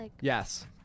Yes